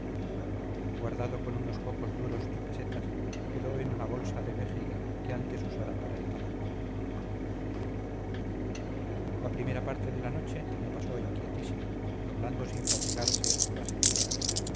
guardado con unos pocos duros y pesetas quedó en una bolsa de vejiga que antes usara para el tabaco la primera parte de la noche la pasó inquietísimo hablando sin fatigarse horas enteras